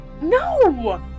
No